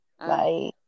right